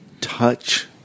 touch